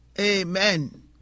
Amen